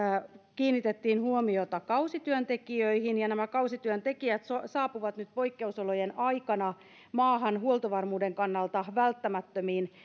kiinnitettiin huomiota kausityöntekijöihin ja nämä kausityöntekijät saapuvat nyt poikkeusolojen aikana maahan huoltovarmuuden kannalta välttämättömiin